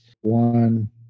one